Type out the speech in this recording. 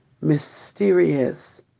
Mysterious